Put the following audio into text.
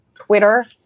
Twitter